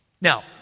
Now